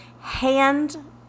hand